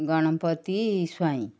Ganapati Swain